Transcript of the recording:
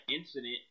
incident